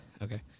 Okay